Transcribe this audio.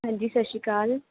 ਹਾਂਜੀ ਸਤਿ ਸ਼੍ਰੀ ਅਕਾਲ